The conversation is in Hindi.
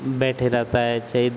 बैठे रहता है चाहे